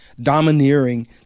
domineering